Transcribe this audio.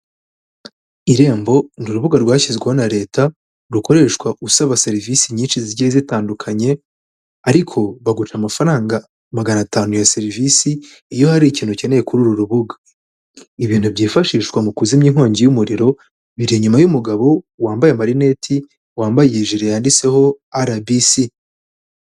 Irembo ni rubuga rwashyizweho na Leta rukoreshwa usaba serivisi nyinshi zigiye zitandukanye, ariko baguca amafaranga magana atanu ya serivisi iyo hari ikintu ukeneye kuri uru rubuga, ibintu byifashishwa mu kuzimya inkongi y'umuriro biri inyuma y'umugabo wambaye amarineti, wambaye ijire yanditseho RBC.